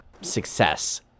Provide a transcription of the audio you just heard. success